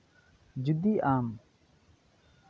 ᱡᱩᱫᱤ ᱟᱢ